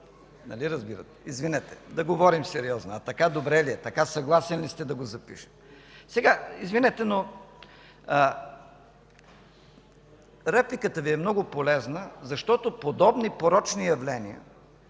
Нали разбирате? Извинете, да говорим сериозно! „А така добре ли е? Така съгласен ли сте да го запиша?” Извинете, но репликата Ви е много полезна, защото подобни порочни явления